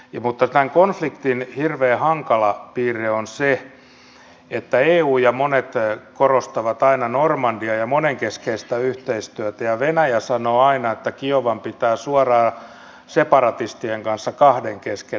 mutta tämän konfliktin hirveän hankala piirre on se että eu ja monet korostavat aina normandiaa ja monenkeskistä yhteistyötä ja venäjä sanoo aina että kiovan pitää suoraan separatistien kanssa kahden kesken neuvotella